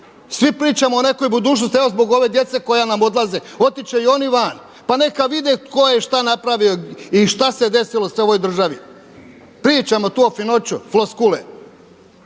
Svi pričamo o nekoj budućnosti, evo zbog ove djece koja nam odlaze. Otiće i oni van pa neka vide tko je šta napravio i šta se sve desilo u ovoj državi. Pričamo tu finoću, floskule.